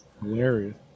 hilarious